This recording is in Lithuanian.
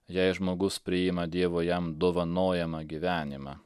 jei žmogus priima dievo jam dovanojamą gyvenimą